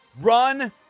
Run